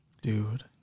Dude